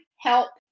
Help